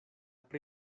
pri